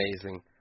amazing